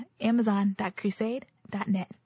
amazon.crusade.net